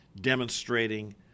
demonstrating